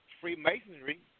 Freemasonry